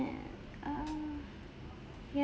err ya